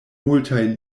multaj